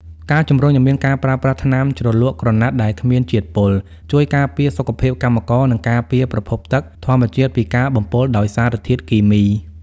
ការជំរុញឱ្យមានការប្រើប្រាស់ថ្នាំជ្រលក់ក្រណាត់ដែលគ្មានជាតិពុល ជួយការពារសុខភាពកម្មករ និងការពារប្រភពទឹកធម្មជាតិពីការបំពុលដោយសារធាតុគីមី។